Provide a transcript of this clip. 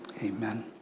Amen